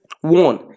one